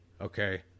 Okay